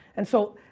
and so,